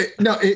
No